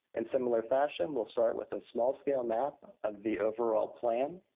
in similar fashion, we'll start with a small-scale map of the overall plan.